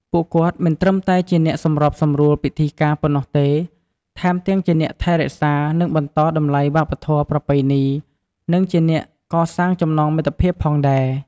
ពួកគាត់មិនត្រឹមតែជាអ្នកសម្របសម្រួលពិធីការប៉ុណ្ណោះទេ ថែមទាំងជាអ្នករក្សា និងបន្តតម្លៃវប្បធម៌ប្រពៃណី និងជាអ្នកកសាងចំណងមិត្តភាពផងដែរ។